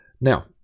Now